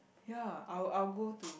ya I will I will go to